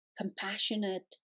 compassionate